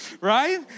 right